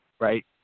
right